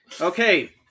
Okay